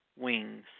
wings